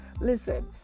listen